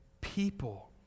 people